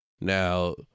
Now